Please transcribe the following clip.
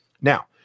Now